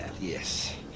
yes